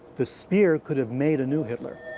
the spear could have made a new hitler.